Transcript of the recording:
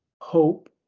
hope